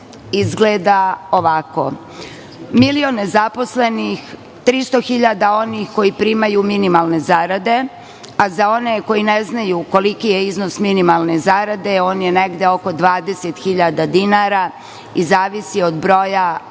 izgleda ovako - milion nezaposlenih, 300.000 onih koji primaju minimalne zarade, a za one koji ne znaju koliki je iznos minimalnih zarada, on je negde oko 20.000 dinara i zavisi od broja